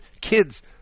kids